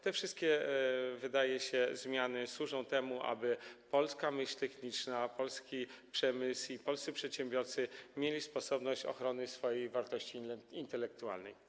Te wszystkie zmiany, wydaje się, służą temu, aby polska myśl techniczna, polski przemysł i polscy przedsiębiorcy mieli sposobność ochrony swojej własności intelektualnej.